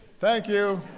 thank you!